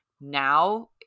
now